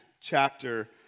chapter